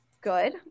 good